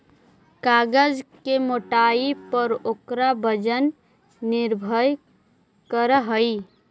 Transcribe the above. कागज के मोटाई पर ओकर वजन निर्भर करऽ हई